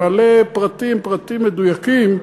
מלא פרטים, פרטים מדויקים,